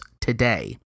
today